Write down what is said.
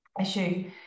issue